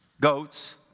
goats